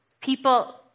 People